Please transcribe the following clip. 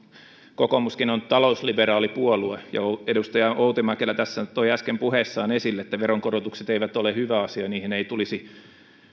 kokoomuskin on talousliberaali puolue ja edustaja outi mäkelä nyt toi äsken puheessaan esille että veronkorotukset eivät ole hyvä asia niihin ei tulisi